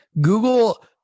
Google